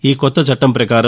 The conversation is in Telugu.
ఈ కొత్త చట్లం ప్రకారం